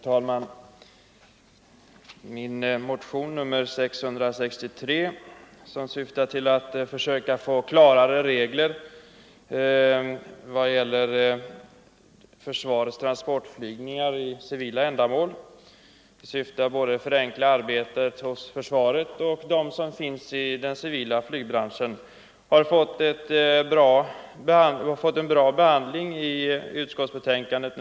Herr talman! Motionen 663, som handlar om en reglering av försvarets transportflygningar för civila ändamål, syftar till att förenkla arbetet både för försvaret och för den civila flygbranschen. Motionen har fått en bra behandling i försvarsutskottets betänkande.